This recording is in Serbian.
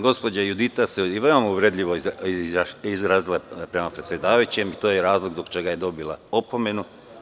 Gospođa Judita se veoma uvredljivo izrazila prema predsedavajućem i to je razlog zbog čega je dobila opomenu.